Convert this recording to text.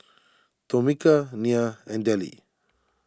Tomika Nya and Dellie